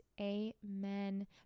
Amen